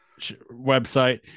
website